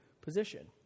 position